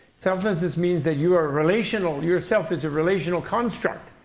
selflessness means that you are relational your self is a relational construct,